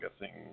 guessing